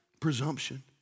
Presumption